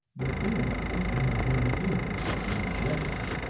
their feeling toward me has been any thing but one of justice,